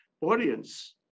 audience